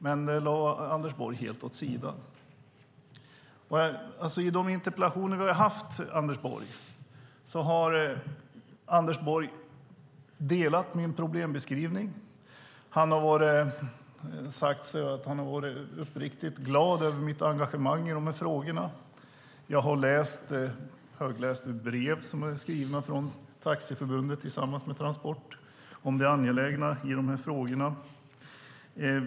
Men detta lade Anders Borg helt åt sidan. I de interpellationsdebatter jag har haft med Anders Borg har han delat min problembeskrivning. Han har sagt sig vara uppriktigt glad över mitt engagemang i de här frågorna. Jag har högläst ur brev som Taxiförbundet har skrivit tillsammans med Transport om det angelägna i de här frågorna.